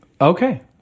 Okay